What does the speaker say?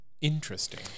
Interesting